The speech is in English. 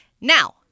Now